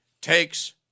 takes